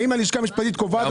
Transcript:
האם הלשכה המשפטית קובעת?